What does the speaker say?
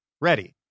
ready